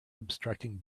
obstructing